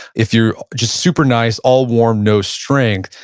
if you're just super nice, all warm, no strength,